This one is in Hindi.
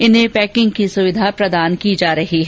इन्हें पैकिंग की सुविधा प्रदान की जा रही है